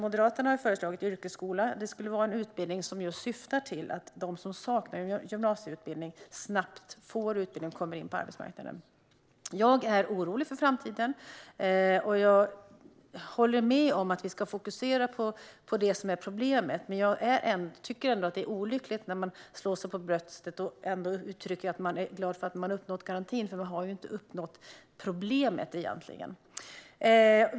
Moderaterna har föreslagit yrkesskola, som skulle vara en utbildning som just syftar till att de som saknar gymnasieutbildning snabbt får utbildning och kommer in på arbetsmarknaden. Jag är orolig för framtiden. Jag håller med om att vi ska fokusera på det som är problemet, men jag tycker att det är olyckligt att man slår sig för bröstet och uttrycker att man är glad för att man har uppnått garantin när man inte har löst problemet.